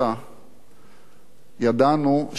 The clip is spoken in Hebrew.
ידענו שלא הוא בחר את הבגדים,